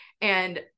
and-